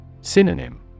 Synonym